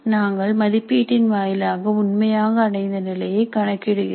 நாங்கள் மதிப்பீட்டின் வாயிலாக உண்மையாக அடைந்த நிலையை கணக்கிடுகிறோம்